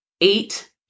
eight